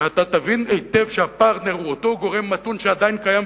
ואתה תבין היטב שהפרטנר הוא אותו גורם מתון שעדיין קיים,